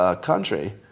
country